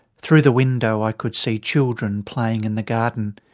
through the window i could see children playing in the garden.